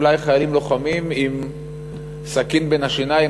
אולי חיילים לוחמים עם סכין בין השיניים,